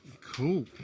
cool